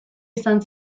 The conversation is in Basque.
izan